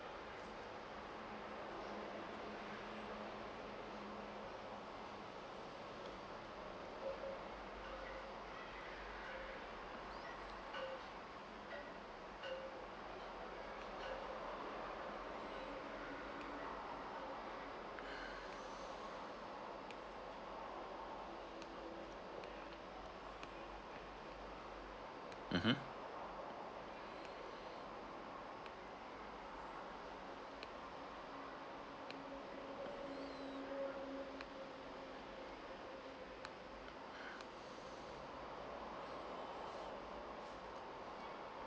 mmhmm